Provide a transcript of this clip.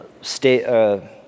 state